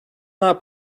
not